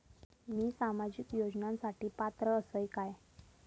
मी सामाजिक योजनांसाठी पात्र असय काय?